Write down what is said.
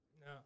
No